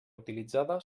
utilitzada